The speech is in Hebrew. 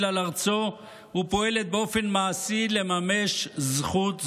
על ארצו ופועלת באופן מעשי לממש זכות זו,